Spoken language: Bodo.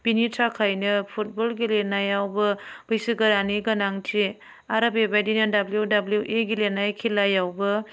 बिनि थाखायनो फुटबल गेलेनायावबो बैसो गोरानि गोनांथि आरो बेबादिनो डाब्लिउ डाब्लिउ इ गेलेनाय खेलायावबो